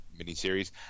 miniseries